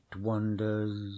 wonders